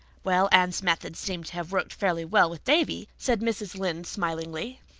well, anne's methods seem to have worked fairly well with davy, said mrs. lynde smilingly.